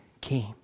came